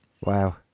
Wow